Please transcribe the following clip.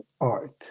art